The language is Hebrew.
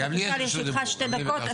שתי דקות.